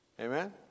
Amen